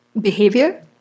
behavior